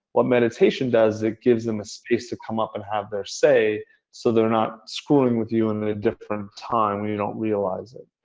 what meditation does is it gives them a space to come up and have their say so they're not screwing with you in a different time when you don't realize it.